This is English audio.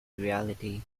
reality